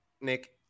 Nick